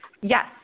Yes